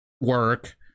work